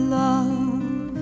love